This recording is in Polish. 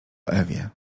ewie